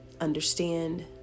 understand